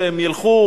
שהם ילכו,